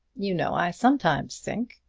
you know, i sometimes think,